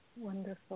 Wonderful